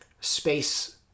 space